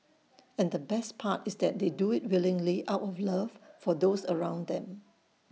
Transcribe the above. and the best part is that they do IT willingly out of love for those around them